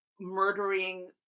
murdering